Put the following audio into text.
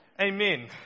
Amen